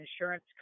insurance